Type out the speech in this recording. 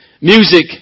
music